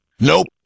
Nope